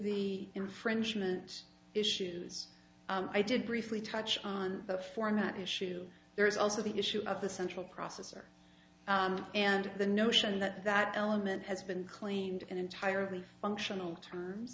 the infringement issues i did briefly touch on the format issue there's also the issue of the central processor and the notion that that element has been claimed in entirely functional terms